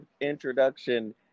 introduction